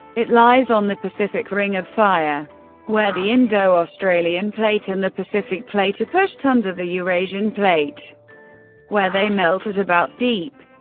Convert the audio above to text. it lies on the pacific ring of fire where the indo-australian plate and the pacific plate are pushed under the eurasian plate where they melt at about deep.